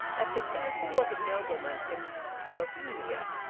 at the castle of a nobleman in bohemia,